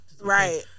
Right